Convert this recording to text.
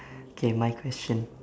K my question